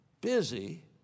busy